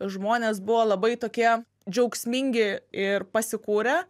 ir žmonės buvo labai tokie džiaugsmingi ir pasikūrę